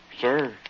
Sir